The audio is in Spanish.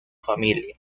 familia